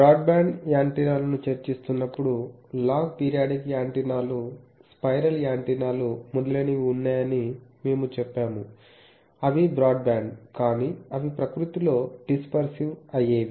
broadband యాంటెన్నాలను చర్చిస్తున్నప్పుడు log periodic యాంటెన్నాలు స్పైరల్ యాంటెన్నా మొదలైనవి ఉన్నాయని మేము చెప్పాము అవి బ్రాడ్బ్యాండ్ కానీ అవి ప్రకృతిలో డిస్పర్సివ్ అయేవి